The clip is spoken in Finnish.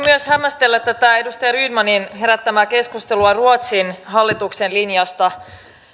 myös hämmästellä tätä edustaja rydmanin herättämää keskustelua ruotsin hallituksen linjasta